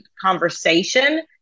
conversation